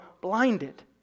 blinded